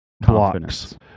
blocks